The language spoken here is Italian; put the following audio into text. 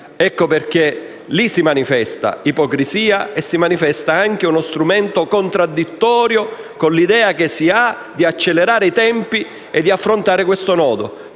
Ecco perché lì si manifesta l'ipocrisia e anche uno strumento contraddittorio con l'idea che si ha di accelerare i tempi e di affrontare questo nodo,